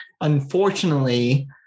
Unfortunately